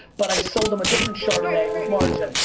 but i sold them a different chardonnay with margin.